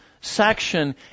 section